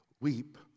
Weep